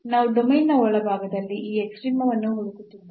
ನಾವು ಡೊಮೇನ್ನ ಒಳಭಾಗದಲ್ಲಿ ಈ ಎಕ್ಸ್ಟ್ರೀಮವನ್ನು ಹುಡುಕುತ್ತಿದ್ದೇವೆ